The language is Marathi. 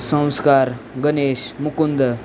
संस्कार गणेश मुकुंद